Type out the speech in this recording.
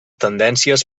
tendències